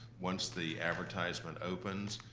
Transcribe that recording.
once the advertisement opens,